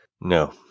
No